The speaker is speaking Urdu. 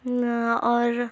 اور